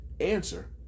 Answer